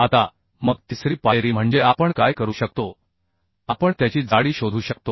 आता मग तिसरी पायरी म्हणजे आपण काय करू शकतो आपण त्याची जाडी शोधू शकतो